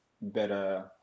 better